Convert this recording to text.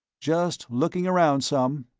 just looking around some.